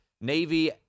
Navy